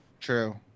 true